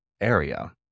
area